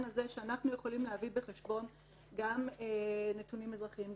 הזה שאנחנו יכולים להביא בחשבון גם נתונים אזרחיים,